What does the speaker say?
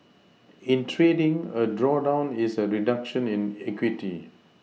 in trading a drawdown is a reduction in equity